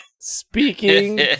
Speaking